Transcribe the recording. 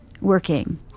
working